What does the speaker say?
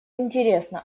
интересно